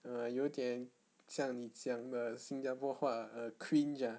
err 有点像你讲的新加坡话 err cringe uh